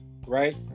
right